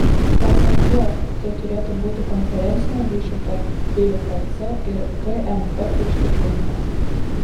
pasak jo tai turėtų būti konferencinio ryšio tarp bpc ir gmp užtikrinimas